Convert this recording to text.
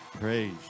Praise